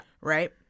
Right